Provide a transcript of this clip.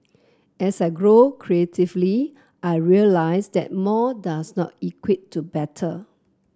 as I grow creatively I realise that more does not equate to better